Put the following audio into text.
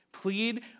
Plead